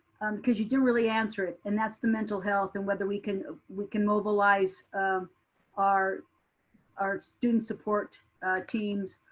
cause you didn't really answer it. and that's the mental health and whether we can we can mobilize our our student support teams,